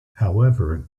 however